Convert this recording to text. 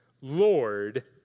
Lord